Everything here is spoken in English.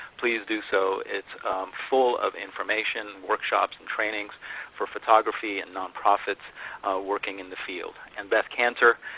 please do so. it's full of information, workshops, and trainings for photography and nonprofits working in the field. and beth kanter,